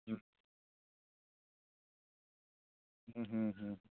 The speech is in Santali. ᱦᱩᱸ ᱦᱩᱸ ᱦᱩᱸ ᱦᱩᱸ